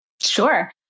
Sure